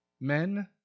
Men